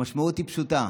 המשמעות היא פשוטה: